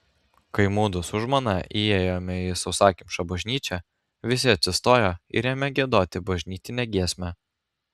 kai mudu su žmona įėjome į sausakimšą bažnyčią visi atsistojo ir ėmė giedoti bažnytinę giesmę